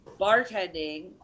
bartending